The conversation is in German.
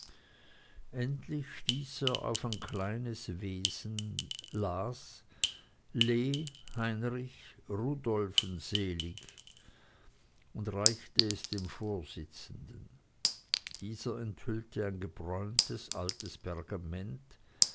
endlich stieß er auf ein kleines wesen las lee heinrich rudolfen sel und reichte es dem vorsitzenden dieser enthüllte ein gebräuntes altes pergament